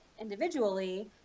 individually